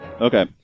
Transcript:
Okay